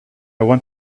want